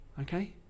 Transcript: Okay